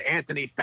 Anthony